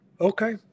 okay